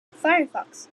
firefox